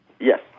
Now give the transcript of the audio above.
Yes